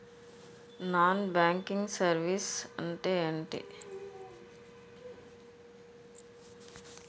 Non banking services అంటే ఎంటి?